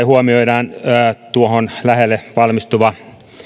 huomioidaan myös tuohon lähelle valmistuva